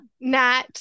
Nat